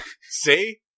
See